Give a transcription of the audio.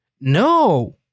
No